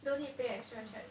no need pay extra charge